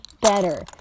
better